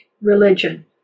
religion